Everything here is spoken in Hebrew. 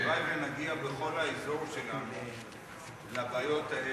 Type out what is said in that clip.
הלוואי שנגיע בכל האזור שלנו לבעיות האלה,